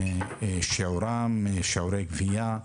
שיעורם ושיעורי גבייה,